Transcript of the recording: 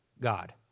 God